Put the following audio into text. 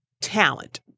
talent